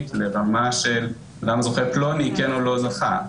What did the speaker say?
לרמה של למה זוכה פלוני כן או לא זכה.